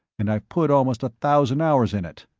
and i've put almost a thousand hours in it.